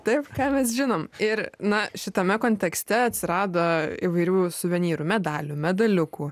tai ką mes žinom ir na šitame kontekste atsirado įvairių suvenyrų medalių medaliukų